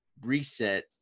reset